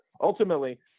ultimately